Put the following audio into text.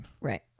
right